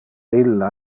illa